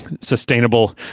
sustainable